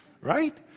Right